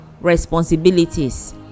responsibilities